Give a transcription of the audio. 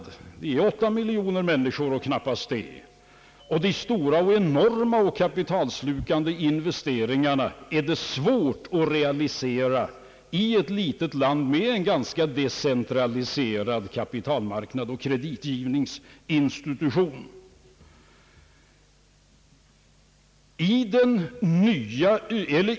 Här finns knappt 8 miljoner människor, och det är svårt att realisera de enormt kapitalslukande investeringarna i ett litet land med en ganska decentraliserad kapitalmarknad och kreditgivningsinstitution.